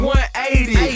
180